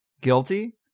Guilty